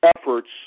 efforts